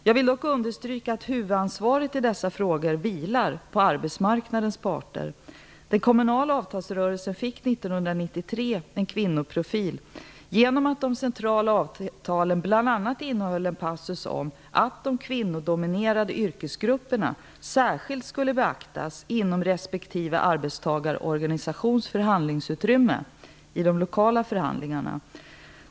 Jag vill dock understryka att huvudansvaret i dessa frågor vilar på arbetsmarknadens parter. Den kommunala avtalsrörelsen fick år 1993 en kvinnoprofil genom att de centrala avtalen bl.a. innehöll en passus om att de kvinnodominerade yrkesgrupperna särskilt skulle beaktas inom respektive arbetstagarorganisations förhandlingsutrymme i de lokala förhandlingarna.